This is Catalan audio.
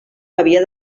havia